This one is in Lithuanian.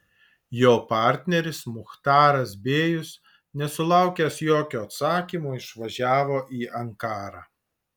jo partneris muchtaras bėjus nesulaukęs jokio atsakymo išvažiavo į ankarą